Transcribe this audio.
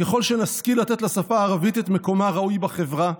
ככל שנשכיל לתת לשפה הערבית את מקומה הראוי בחברה,